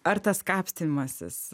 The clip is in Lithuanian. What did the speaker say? ar tas kapstymasis